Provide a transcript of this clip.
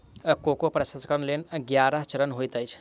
cocoa प्रसंस्करणक लेल ग्यारह चरण होइत अछि